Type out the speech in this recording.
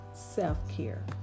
self-care